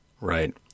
Right